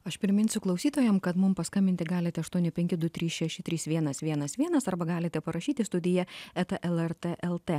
aš priminsiu klausytojam kad mum paskambinti galite aštuoni penki du trys šeši trys vienas vienas vienas arba galite parašyti studija eta lrt lt